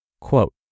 Quote